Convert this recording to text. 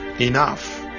enough